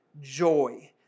joy